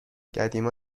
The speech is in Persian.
قدیما